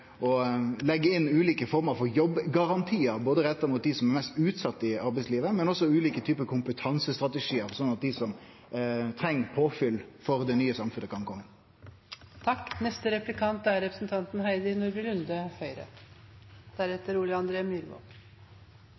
inn ulike former for jobbgarantiar, både retta mot dei som er mest utsette i arbeidslivet, og mot ulike typar kompetansestrategiar, sånn at dei som treng påfyll for det nye samfunnet, kan kome